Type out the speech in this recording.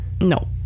No